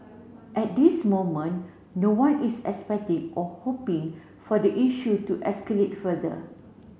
at this moment no one is expecting or hoping for the issue to escalate further